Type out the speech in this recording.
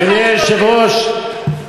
אדוני היושב-ראש,